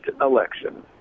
election